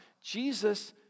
Jesus